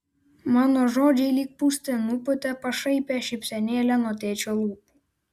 mano žodžiai lyg pūste nupūtė pašaipią šypsenėlę nuo tėčio lūpų